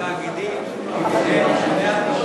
בשנתיים האחרונות לקחו התאגידים דיבידנד של 190